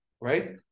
Right